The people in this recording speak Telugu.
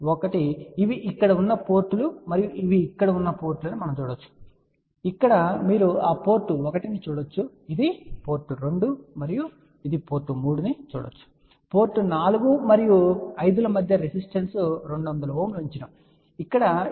కాబట్టి ఇవి ఇక్కడ ఉన్న పోర్ట్ లు మరియు ఇవి ఇక్కడ ఉన్న పోర్ట్ లు మీరు చూడవచ్చు మరియు ఇక్కడ మీరు ఆ పోర్ట్ 1 ను చూడవచ్చు ఇది పోర్ట్ 2 పోర్ట్ 3 చూడవచ్చు కాబట్టి పోర్ట్ 4 మరియు 5 ల మధ్య రెసిస్టెన్స్ 200 Ω ఉంచాము ఇక్కడ ఇది 70